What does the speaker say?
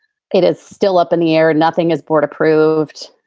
it is still up in the air and nothing is. board approved.